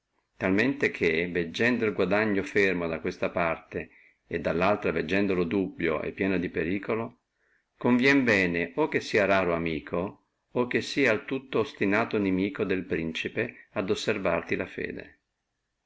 talmente che veggendo el guadagno fermo da questa parte e dallaltra veggendolo dubio e pieno di periculo conviene bene o che sia raro amico o che sia al tutto ostinato inimico del principe ad osservarti la fede